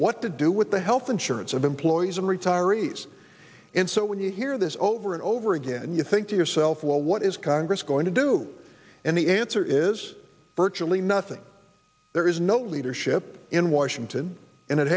what to do with the health insurance of employees and retirees and so when you hear this over and over again and you think to yourself well what is congress going to do and the answer is virtually nothing there is no leadership in washington and it